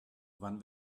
wann